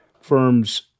firms